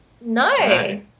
No